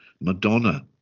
Madonna